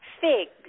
figs